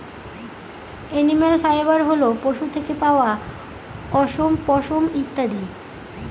animal fibre হল পশু থেকে পাওয়া অশম, পশম ইত্যাদি